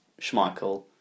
Schmeichel